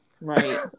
Right